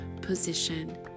position